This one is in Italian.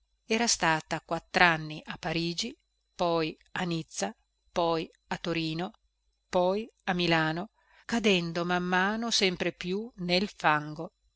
era statr quattranni a parigi poi a nizza poi a torino poi a milano cadendo man mano sempre più nel fango